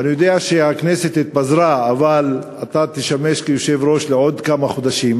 ואני יודע שהכנסת התפזרה אבל אתה תשמש יושב-ראש עוד כמה חודשים,